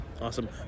Awesome